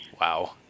Wow